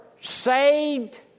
saved